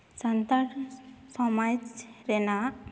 ᱥᱟᱱᱛᱟᱲ ᱥᱚᱢᱟᱡᱽ ᱨᱮᱱᱟᱜ